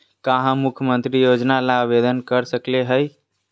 का हम मुख्यमंत्री योजना ला आवेदन कर सकली हई?